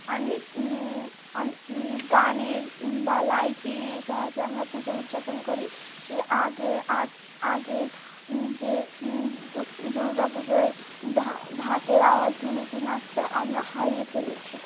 অনেক গানের বা লাইটিংয়ের সহজে আমরা পুজো উদযাপন করি সেই আগের আ আগের যে দুর্গা পুজোয় ঢা ঢাকের আওয়াজ ধুনুচি নাচটা আমরা হারিয়ে ফেলেছি